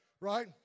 right